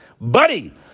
buddy